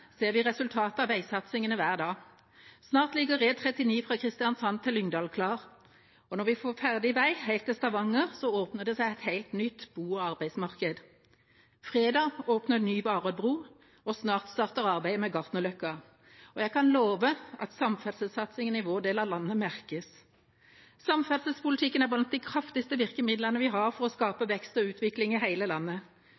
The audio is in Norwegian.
ser vi resultatet av veisatsingene hver dag. Snart ligger E39 fra Kristiansand til Lyngdal klar, og når vi får ferdig vei helt til Stavanger, åpner det seg et helt nytt bo- og arbeidsmarked. Fredag åpner den nye Varoddbrua, og snart starter arbeidet med Gartnerløkka. Jeg kan love at samferdselssatsingen i vår del av landet merkes. Samferdselspolitikken er blant de kraftigste virkemidlene vi har for å skape